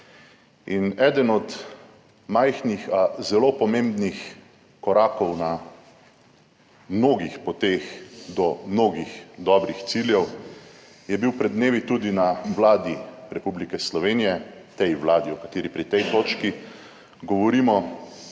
In eden od majhnih, a zelo pomembnih korakov na mnogih poteh do mnogih dobrih ciljev je bil pred dnevi tudi na Vladi Republike Slovenije, tej vladi, o kateri pri tej točki govorimo